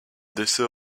dessert